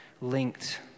linked